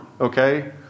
okay